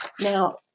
Now